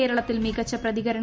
കേരളത്തിൽ മികച്ച് പ്രതികരണം